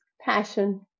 passion